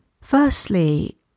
firstly